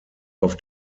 auf